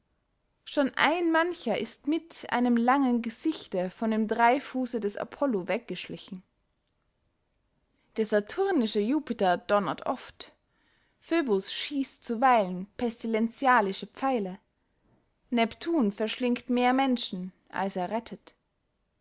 schon ein mancher ist mit einem langen gesichte von dem dreyfusse des apollo weggeschlichen der saturnische jupiter donnert oft phöbus schießt zuweilen pestilenzialische pfeile neptun verschlingt mehr menschen als er rettet